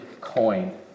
coin